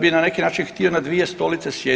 bi na neki način htio na dvije stolice sjediti.